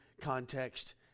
context